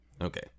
Okay